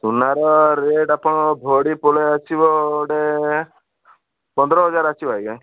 ସୁନାର ରେଟ୍ ଆପଣଙ୍କର ଭରି ପଳାଇ ଆସିବ ଗୋଟେ ପନ୍ଦର ହଜାର ଆସିବ ଆଜ୍ଞା